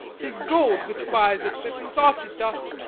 tis gold which buys admittance oft it doth-yea,